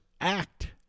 act